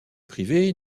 privée